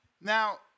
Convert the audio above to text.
Now